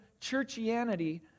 churchianity